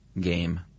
game